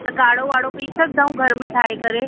त काड़ो वाड़ो पी सघंदा आहियूं घर में ठाहे करे